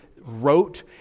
wrote